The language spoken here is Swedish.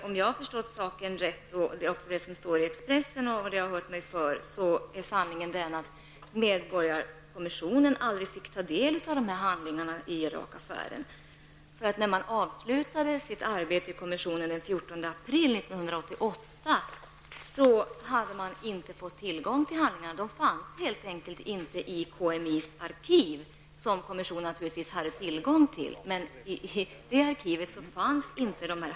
Om jag går efter vad som har stått i Expressen och efter vad jag har hört är, om jag har förstått saken rätt, sanningen den att medborgarkommissionen aldrig fick ta del av de handlingar som gällde Irak-affären. När kommissionen avslutade sitt arbete den 14 april 1988 hade man inte fått tillgång till handlingarna. Då fanns handlingarna helt enkelt inte i KMIs arkiv, som kommissionen naturligtvis hade tillgång till.